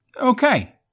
Okay